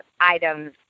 items